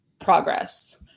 progress